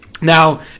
Now